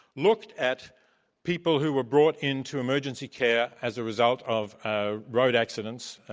looked at people who were brought into emergency care as a result of ah road accidents,